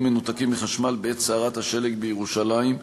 מנותקים מחשמל בעת סערת השלג בירושלים.